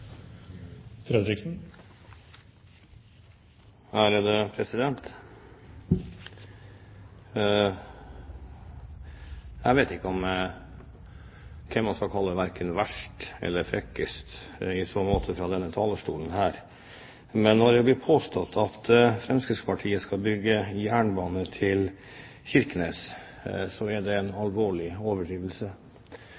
det. Jeg vet ikke hvem man skal kalle verst eller frekkest fra denne talerstolen, men når det blir påstått at Fremskrittspartiet skal bygge jernbane til Kirkenes, er det